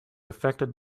affected